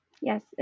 Yes